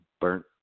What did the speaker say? burnt